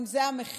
אם זה המחיר,